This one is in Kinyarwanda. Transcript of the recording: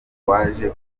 waje